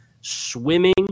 swimming